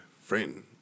friend